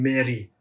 Mary